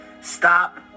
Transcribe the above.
stop